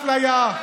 זה להגן מאפליה.